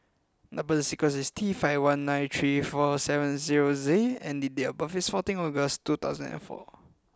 number sequence is T five one nine three four seven zero Z and date of birth is fourteen August two thousand and four